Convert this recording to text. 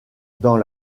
dans